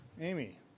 Amy